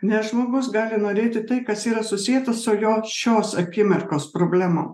nes žmogus gali norėti tai kas yra susieta su jo šios akimirkos problemom